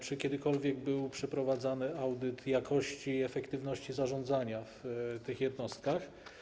Czy kiedykolwiek był przeprowadzany audyt jakości i efektywności zarządzania w tych jednostkach?